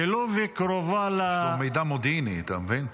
ולוב קרובה --- יש לו מידע מודיעיני, אתה מבין?